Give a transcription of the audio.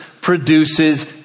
produces